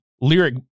lyric